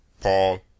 Paul